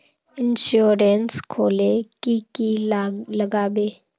Insurance खोले की की लगाबे?